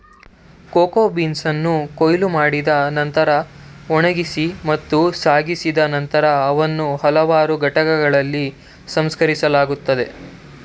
cocoa ಬೀನ್ಸನ್ನು ಕೊಯ್ಲು ಮಾಡಿದ ನಂತ್ರ ಒಣಗಿಸಿ ಮತ್ತು ಸಾಗಿಸಿದ ನಂತರ ಅವನ್ನು ಹಲವಾರು ಘಟಕಗಳಲ್ಲಿ ಸಂಸ್ಕರಿಸಲಾಗುತ್ತದೆ